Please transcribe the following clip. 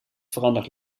verandert